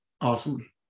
awesome